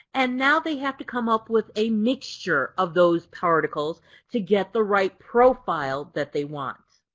and now they have to come up with a mixture of those particles to get the right profile that they want.